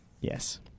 Yes